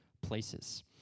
places